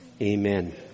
Amen